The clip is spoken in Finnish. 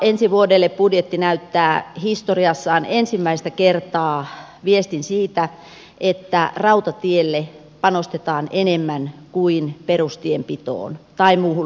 ensi vuodelle budjetti antaa historiassaan ensimmäistä kertaa viestin siitä että rautatielle panostetaan enemmän kuin perustienpitoon tai muuhun liikenneväylästöön